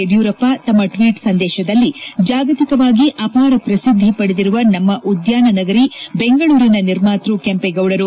ಯಡಿಯೂರಪ್ಪ ತಮ್ಮ ಟ್ವೀಟ್ ಸಂದೇಶದಲ್ಲಿ ಜಾಗತಿಕವಾಗಿ ಅಪಾರ ಪ್ರಸಿದ್ಧಿ ಪಡೆದಿರುವ ನಮ್ಮ ಉದ್ಧಾನ ನಗರಿ ಬೆಂಗಳೂರಿನ ನಿರ್ಮಾತೃ ಕೆಂಪೇಗೌಡರು